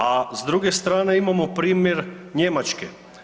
A s druge strane imamo primjer Njemačke.